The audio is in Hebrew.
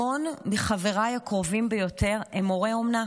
המון מחבריי הקרובים ביותר הם הורי אומנה,